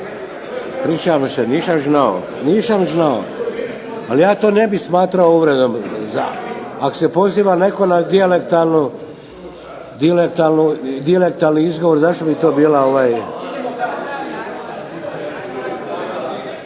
Ispričavam se, nišam žnao. Nisam žnao. Ali ja to ne bih smatrao uvredom. Ako se poziva netko na dijalektalni izgovor zašto bi to bila…